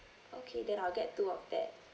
okay then I'll get two of that